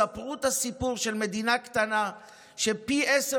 ספרו את הסיפור של מדינה קטנה שפי עשרה